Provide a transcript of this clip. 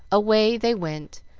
away they went,